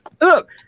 Look